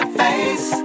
face